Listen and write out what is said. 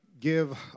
Give